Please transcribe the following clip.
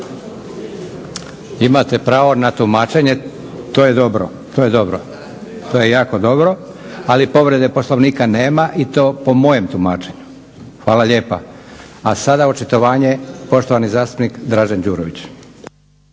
Imate pravo na tumačenje, to je dobro, to je dobro, to je jako dobro ali povrede Poslovnika nema i to po mojem tumačenju. Hvala lijepa. A sada očitovanje, poštovani zastupnik Dražen Šurović.